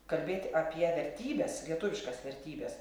kalbėti apie vertybes lietuviškas vertybes